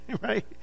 Right